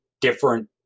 different